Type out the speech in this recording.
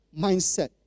mindset